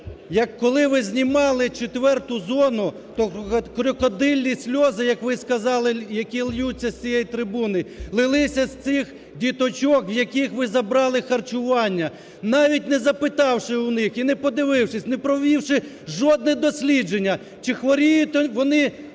коли ви знімали четверту зону, то "крокодилі сльози", як ви сказали, які ллються з цієї трибуни, лилися з цих діточок, в яких ви забрали харчування навіть не запитавши в них і не подивившись, не провівши жодне дослідження, чи хворіють вони